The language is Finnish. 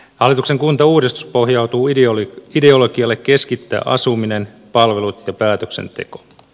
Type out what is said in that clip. hallituksen kuntauudistus pohjautuu ideologialle keskittää asuminen palvelut ja päätöksenteko